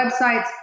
websites